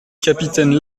capitaine